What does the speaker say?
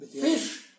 Fish